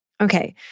Okay